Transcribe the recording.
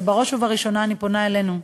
אבל בראש ובראשונה אני פונה אלינו,